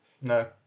No